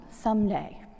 someday